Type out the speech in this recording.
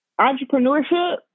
entrepreneurship